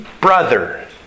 brother